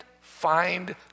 find